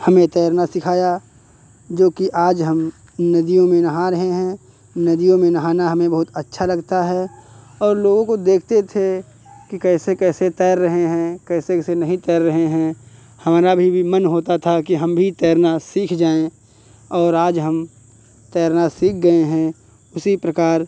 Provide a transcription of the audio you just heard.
हमें तैरना सिखाया जो कि आज हम नदियों में नहा रहे हैं नदियों में नहाना हमें बहुत अच्छा लगता है और लोगों को देखते थे कि कैसे कैसे तैर रहे हैं कैसे कैसे नहीं तैर रहे हैं हमारा भी भी मन होता था कि हम भी तैरना सीख जाएँ और आज हम तैरना सीख गए हैं उसी प्रकार